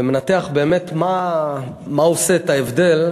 וספר זה מנתח באמת מה עושה את ההבדל.